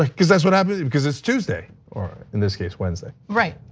like because that's what happens because it's tuesday, or in this case, wednesday. right,